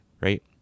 right